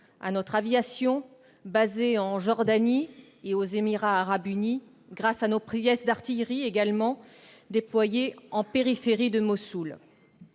à notre aviation, basée en Jordanie et aux Émirats arabes unis, et grâce à nos pièces d'artillerie, déployées en périphérie de Mossoul.